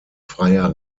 freier